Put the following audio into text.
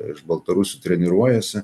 iš baltarusių treniruojasi